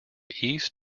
east